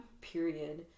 Period